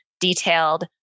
detailed